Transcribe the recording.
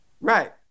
Right